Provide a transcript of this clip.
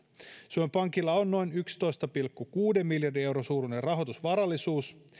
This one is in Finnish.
suomen pankilla on noin yhdentoista pilkku kuuden miljardin euron suuruinen rahoitusvarallisuus